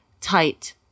tight